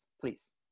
please